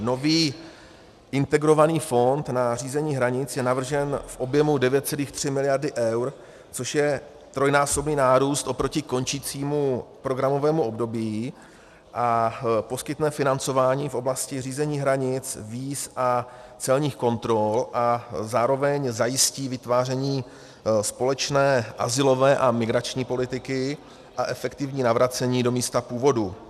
Nový integrovaný fond na řízení hranic je navržen v objemu 9,3 mld. eur, což je trojnásobný nárůst oproti končícímu programovému období, a poskytne financování v oblasti řízení hranic, víz a celních kontrol a zároveň zajistí vytváření společné azylové a migrační politiky a efektivní navracení do místa původu.